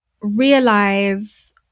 realize